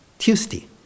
Tuesday